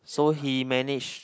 so he manage